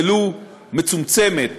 ולו מצומצמת,